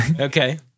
Okay